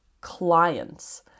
clients